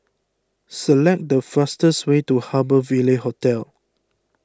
select the fastest way to Harbour Ville Hotel